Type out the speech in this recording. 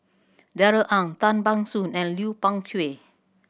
Darrell Ang Tan Ban Soon and Lui Pao Chuen